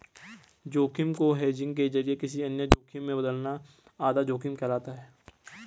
जोखिम को हेजिंग के जरिए किसी अन्य जोखिम में बदलना आधा जोखिम कहलाता है